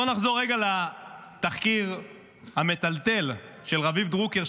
בוא נחזור רגע לתחקיר המטלטל של רביב דרוקר,